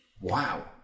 Wow